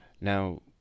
Now